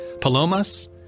Palomas